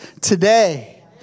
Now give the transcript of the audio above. today